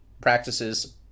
practices